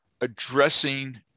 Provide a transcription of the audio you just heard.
addressing